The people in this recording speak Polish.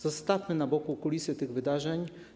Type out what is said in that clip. Zostawmy na boku kulisty tych wydarzeń.